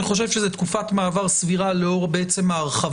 אני חושב שזה תקופת מעבר סבירה לאור ההרחבה